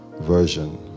version